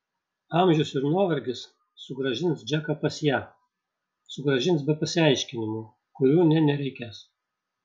amžius ir nuovargis sugrąžins džeką pas ją sugrąžins be pasiaiškinimų kurių nė nereikės